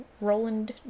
Roland